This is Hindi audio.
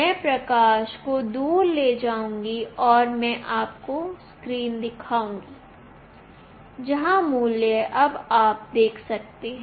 मैं प्रकाश को दूर ले जाऊंगी और मैं आपको स्क्रीन दिखाऊंगी जहां मूल्य अब आप देख सकते हैं